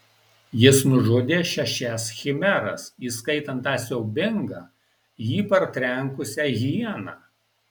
jis nužudė šešias chimeras įskaitant tą siaubingą jį partrenkusią hieną